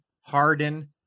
Harden